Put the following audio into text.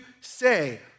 say